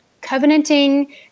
covenanting